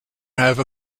have